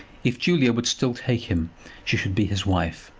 if julia would still take him she should be his wife,